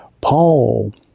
Paul